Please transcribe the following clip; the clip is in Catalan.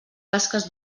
tasques